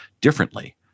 differently